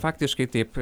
faktiškai taip